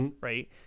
right